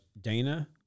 Dana